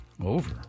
Over